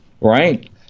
Right